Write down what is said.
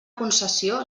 concessió